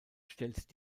stellt